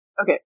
Okay